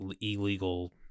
illegal